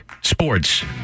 sports